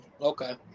okay